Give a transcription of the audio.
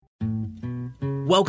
Welcome